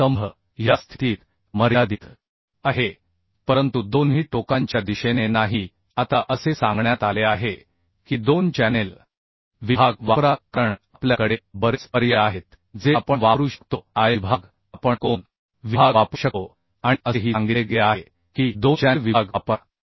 हा स्तंभ या स्थितीत मर्यादित आहे परंतु दोन्ही टोकांच्या दिशेने नाही आता असे सांगण्यात आले आहे की दोन चॅनेल विभाग वापरा कारण आपल्या कडे बरेच पर्याय आहेत जे आपण वापरू शकतो I विभाग आपण कोन विभाग वापरू शकतो आणि असेही सांगितले गेले आहे की दोन चॅनेल विभाग वापरा